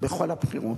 בכל הבחירות.